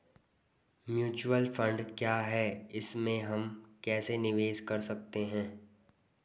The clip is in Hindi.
म्यूचुअल फण्ड क्या है इसमें हम कैसे निवेश कर सकते हैं?